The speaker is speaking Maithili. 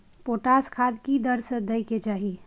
पोटास खाद की दर से दै के चाही?